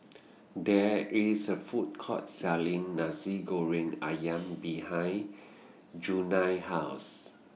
There IS A Food Court Selling Nasi Goreng Ayam behind Junia's House